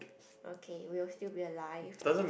okay we will still be alive